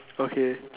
okay